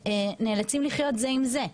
שנאלצים לחיות זה עם זה.